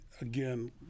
again